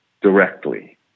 directly